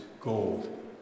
gold